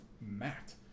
Matt